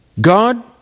God